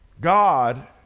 God